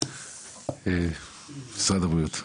משרד הבריאות,